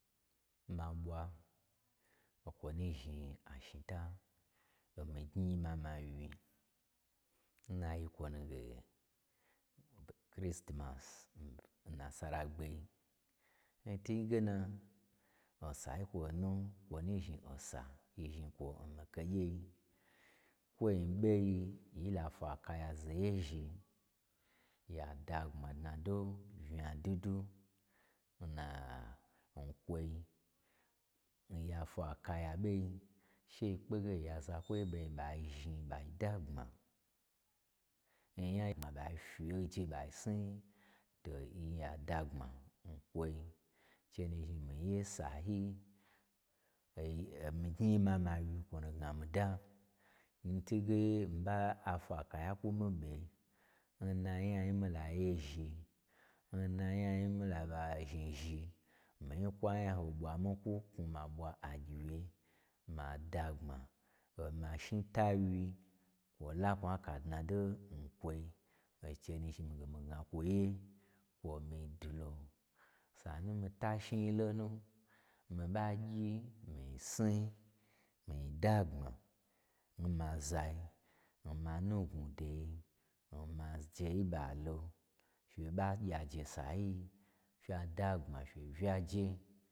Ma ɓwa, o kwo nu zhni ashn ta, n mii gnyi-i mama wyi-i, nayi kwo nuge n-ɓ- kristimas n-n nasar gbei. N twuge na osa yi kwo nu, kwo nuzhni osa, yi zhnikwo n mi-i kegyei. Kwo ɓo wyi yila fwa kaya zo yezhi, ya dagbma dnado unya dwudwun na n kwoi, nya fwa kaya ɓoi, che yi kpege oya zakwoi ɓozhni ɓa zhni-i ɓa dnag bma n nya yi-da gbma ɓa fyi oje ɓa sni, to yi ya dnagbma n kwoi, che nu zhni mii ye sayi, oyi-omii gnyi mama wyi, kwo nu gna miida, n twu ge mii ba'a fwa kaya kwu mii ɓe nna nya nmii la ye zhi, n nanya n mii laɓa zhni zhi, mii kwu anyaho ɓwa mii kwu knwu, ma ɓwa agyiwye, ma dagbma, o ma shnita wyi-i, kwo la kwo nya kala dnado n kwoi, o che nu zhni, mii ge mii gna kwoye, kwo nmii dwulo. Sanu nmii tashniyi lonu, mii ɓa gyi mii oni, mii dnagbma n ma zai, n ma nugnwudo yi, n maje n ɓalo, fye ɓa gye aje n sayi-i fya dnagbma fye uya je.